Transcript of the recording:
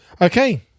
Okay